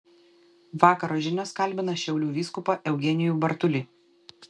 vakaro žinios kalbina šiaulių vyskupą eugenijų bartulį